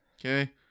Okay